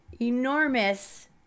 enormous